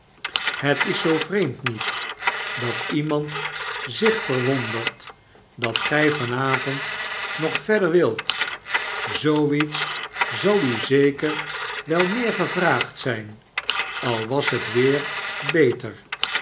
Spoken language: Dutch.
het is zoo vreemd niet dat iemand zich verwondert dat gij van avond nog verder wilt zoo iets zal u zeker wel meer gevraagd zijn al was het weer beter